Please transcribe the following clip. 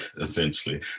essentially